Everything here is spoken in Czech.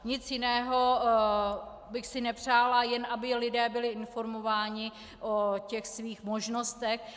Nic jiného bych si nepřála, jen aby lidé byli informováni o svých možnostech.